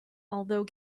although